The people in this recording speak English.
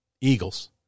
Eagles